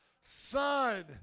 Son